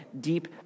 deep